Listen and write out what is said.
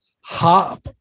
hop